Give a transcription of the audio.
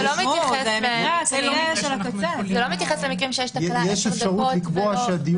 זה לא מתייחס למקרים- -- יש אפשרות לקבוע שהדיון